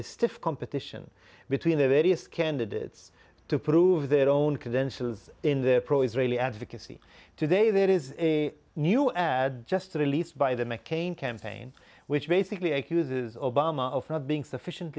stiff competition between the various candidates to prove their own credentials in the pro israeli advocacy today there is a new ad just released by the mccain campaign which basically accuses obama of not being sufficient